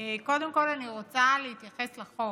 קודם כול אני רוצה להתייחס לחוק.